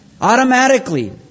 Automatically